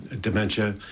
dementia